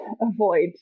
avoid